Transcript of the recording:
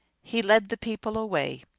he led the people away.